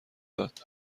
داد